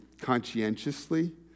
conscientiously